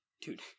dude